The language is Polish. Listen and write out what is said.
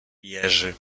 jerzy